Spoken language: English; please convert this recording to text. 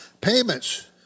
Payments